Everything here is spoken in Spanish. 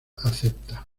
acepta